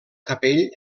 capell